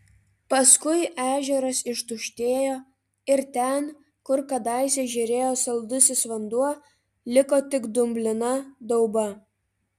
paskui ežeras ištuštėjo ir ten kur kadaise žėrėjo saldusis vanduo liko tik dumblina dauba